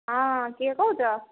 ହଁ କିଏ କହୁଛ